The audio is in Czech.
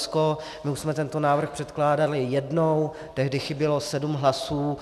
My už jsme tento návrh předkládali jednou, tehdy chybělo sedm hlasů.